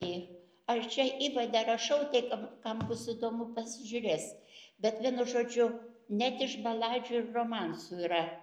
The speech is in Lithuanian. į aš čia įvade rašau tai kam kam bus įdomu pasižiūrės bet vienu žodžiu net iš baladžių ir romansų yra